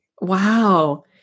Wow